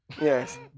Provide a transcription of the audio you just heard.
Yes